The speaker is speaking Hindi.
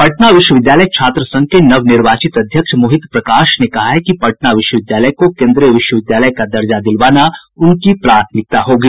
पटना विश्वविद्यालय छात्र संघ के नवनिर्वाचित अध्यक्ष मोहित प्रकाश ने कहा है कि पटना विश्वविद्यालय को केन्द्रीय विश्वविद्यालय का दर्जा दिलवाना उनकी प्राथमिकता होगी